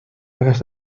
cajas